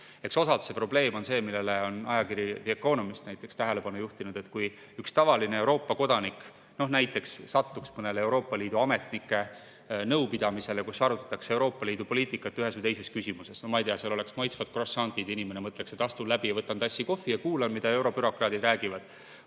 Eks osaliselt probleem on see, millele on ajakiri The Economist tähelepanu juhtinud. Näiteks, kui üks tavaline Euroopa kodanik satuks mõnele Euroopa Liidu ametnike nõupidamisele, kus arutatakse Euroopa Liidu poliitikat ühes või teises küsimuses, ma ei tea, seal oleks maitsvadcroissant'id, inimene mõtleb, et astun läbi, võtan tassi kohvi ja kuulan, mida eurobürokraadid räägivad.